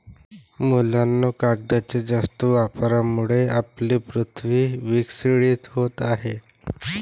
मुलांनो, कागदाच्या जास्त वापरामुळे आपली पृथ्वी विस्कळीत होत आहे